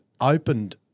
opened